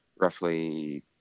roughly